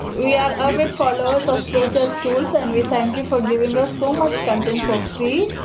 we are avid followers of pro church tools and we think you for giving us so much content for free.